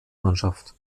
mannschaft